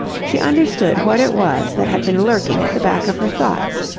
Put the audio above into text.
she understood what it was that had been lurking at the back of her thoughts.